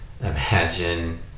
imagine